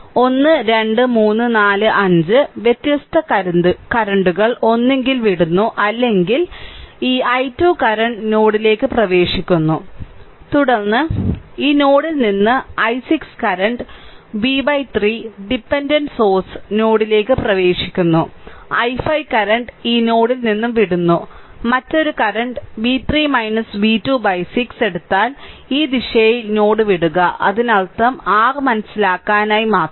അതിനാൽ 1 2 3 4 5 വ്യത്യസ്ത കറന്റുകൾ ഒന്നുകിൽ വിടുന്നു അല്ലെങ്കിൽ ഈ i 2 കറന്റ് നോഡിലേക്ക് പ്രവേശിക്കുന്നു തുടർന്ന് ഈ നോഡിൽ നിന്ന് i6 current v 3 dependent source നോഡിലേക്ക് പ്രവേശിക്കുന്നു i5 കറന്റ് ഈ നോഡിൽ നിന്ന് വിടുന്നു മറ്റൊരു കറന്റ് v3 v2 by 6 എടുത്താൽ ഈ ദിശയിൽ നോഡ് വിടുക അതിനർത്ഥം r മനസ്സിലാക്കലിനായി മാത്രം